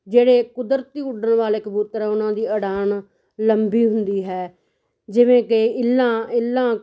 ਜਿਹੜੇ ਕੁਦਰਤੀ ਉੱਡਣ ਵਾਲੇ ਕਬੂਤਰ ਆ ਉਹਨਾਂ ਦੀ ਉਡਾਨ ਲੰਬੀ ਹੁੰਦੀ ਹੈ ਜਿਵੇਂ ਕਿ ਇਲਾਂ ਇੱਲਾਂ